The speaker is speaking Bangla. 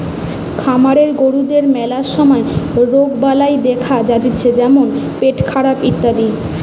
খামারের গরুদের ম্যালা সময় রোগবালাই দেখা যাতিছে যেমন পেটখারাপ ইত্যাদি